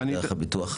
זה דרך הביטוח,